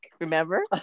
remember